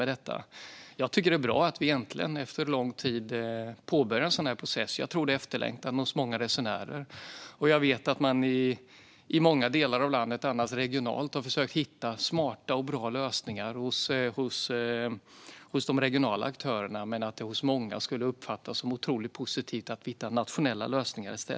Jag tycker att det är bra att vi äntligen efter lång tid påbörjar en process. Det är efterlängtat hos många resenärer. Jag vet att man i många delar av landet, regionalt, har försökt att hitta smarta och bra lösningar hos de regionala aktörerna. Men det skulle hos många uppfattas som otroligt positivt att hitta nationella lösningar.